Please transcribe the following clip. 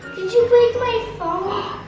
did you break my phone?